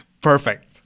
Perfect